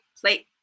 plate